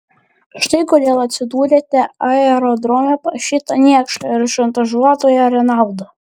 štai kodėl atsidūrėte aerodrome pas šitą niekšą ir šantažuotoją renaldą